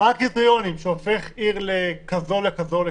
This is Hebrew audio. מה הקריטריונים שהופכים עיר לכזו וכזו.